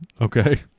Okay